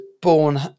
born